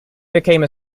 became